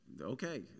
okay